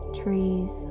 trees